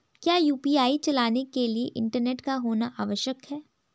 क्या यु.पी.आई चलाने के लिए इंटरनेट का होना आवश्यक है?